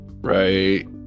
Right